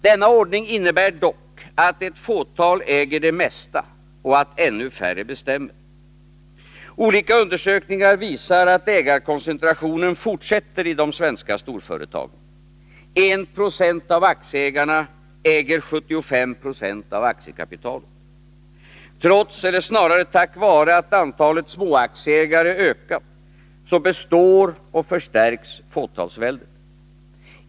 Denna ordning innebär dock att ett fåtal äger det mesta och att ännu färre bestämmer. Olika undersökningar visar att ägarkoncentrationen fortsätter i de svenska storföretagen. 1 70 av aktieägarna äger 75 9 av aktiekapitalet. Trots — eller snarare tack vare — att antalet småaktieägare ökat består och förstärks fåtalsväldet.